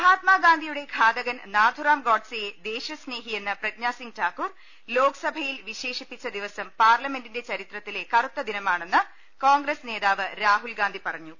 മഹാത്മാ ഗാന്ധിയുടെ ഘാതകൻ നാഥുറാം ഗോഡ്സെ യെ ദേശസ്നേഹിയെന്ന് പ്രജ്ഞാസിംഗ് ഠാക്കൂർ ലോക്സഭയിൽ വിശേഷിപ്പിച്ച ദിവസം പാർലമെന്റിന്റെ ചരിത്രത്തിലെ കറുത്ത ദിനമാണെന്ന് കോൺഗ്രസ് നേതാവ് രാഹുൽഗാന്ധി പറഞ്ഞു